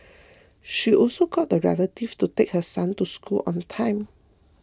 she also got a relative to take her son to school on time